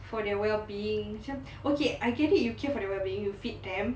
for their well-being macam okay I get it you care for their well-being you feed them